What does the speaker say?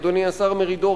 אדוני השר מרידור,